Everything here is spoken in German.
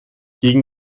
gegen